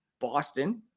Boston